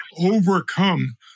overcome